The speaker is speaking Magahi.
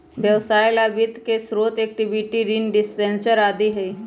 व्यवसाय ला वित्त के स्रोत इक्विटी, ऋण, डिबेंचर आदि हई